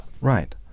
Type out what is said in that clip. Right